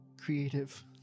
creative